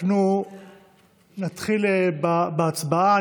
אנחנו נתחיל בהצבעה.